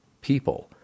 people